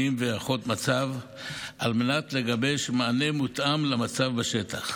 והערכות מצב על מנת לגבש מענה מותאם למצב בשטח.